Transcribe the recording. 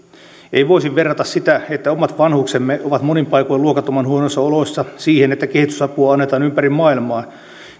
ei voisi verrata sitä että omat vanhuksemme ovat monin paikoin luokattoman huonoissa oloissa siihen että kehitysapua annetaan ympäri maailmaa